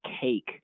cake